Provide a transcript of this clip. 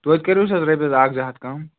توتہِ کٔرِہوس حظ رۄپیس اَکھ زٕ ہَتھ کَم